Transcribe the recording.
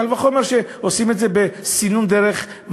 קל וחומר כשעושים את זה בסינון במחשב,